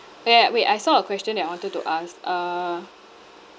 eh wait I saw a question that I wanted to ask uh